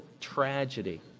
tragedy